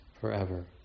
forever